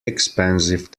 expensive